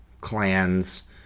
Clans